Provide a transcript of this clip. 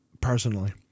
personally